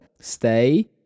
stay